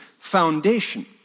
foundation